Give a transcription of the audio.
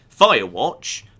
Firewatch